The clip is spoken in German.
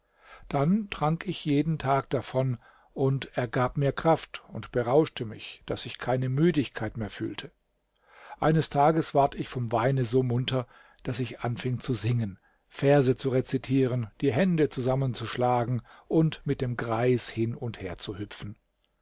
dann trank ich jeden tag davon und er gab mir kraft und berauschte mich daß ich keine müdigkeit mehr fühlte eines tages ward ich vom weine so munter daß ich anfing zu singen verse zu rezitieren die hände zusammenzuschlagen und mit dem greis hin und her zu hüpfen